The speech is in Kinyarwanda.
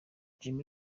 jimmy